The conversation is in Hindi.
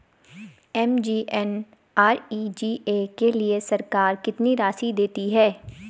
एम.जी.एन.आर.ई.जी.ए के लिए सरकार कितनी राशि देती है?